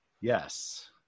Yes